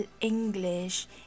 English